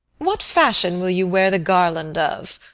what fashion will you wear the garland of?